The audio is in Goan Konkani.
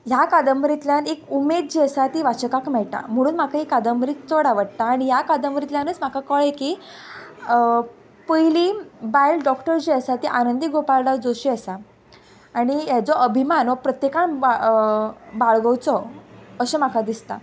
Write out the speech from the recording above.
ह्या कादंबरीतल्यान एक उमेद जी आसा ती वाचकाक मेळटा म्हुणून म्हाका ही कादंबरी चड आवडटा आणी ह्या कादंबरीतल्यानूच म्हाका कळ्ळें की पयली बायल डॉक्टर जी आसा ती आनंदी गोपाळडास जोशी आसा आनी हेजो अभिमान हो प्रत्येकान बा बाळगोवचो अशें म्हाका दिसता